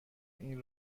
این